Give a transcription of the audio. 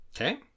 Okay